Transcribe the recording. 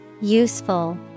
Useful